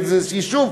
איזה יישוב,